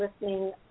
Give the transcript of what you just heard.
listening